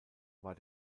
war